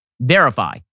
verify